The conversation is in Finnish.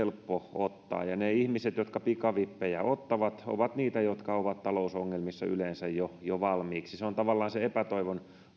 ottaa ja ne ihmiset jotka pikavippejä ottavat ovat niitä jotka ovat talousongelmissa yleensä jo jo valmiiksi se on tavallaan se epätoivon